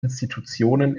institutionen